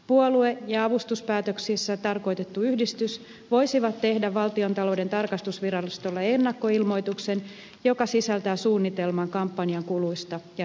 puolue ja avustuspäätöksissä tarkoitettu yhdistys voisivat tehdä valtiontalouden tarkastusvirastolle ennakkoilmoituksen joka sisältää suunnitelman kampanjan kuluista ja rahoituksesta